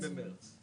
20 במרץ.